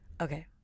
Okay